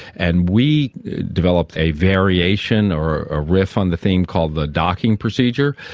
and we developed a variation or a riff on the theme called the docking procedure,